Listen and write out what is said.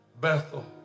Bethel